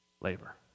labor